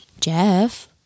Jeff